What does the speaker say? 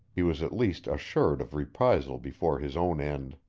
he was at least assured of reprisal before his own end.